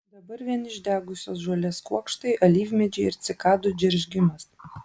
dabar vien išdegusios žolės kuokštai alyvmedžiai ir cikadų džeržgimas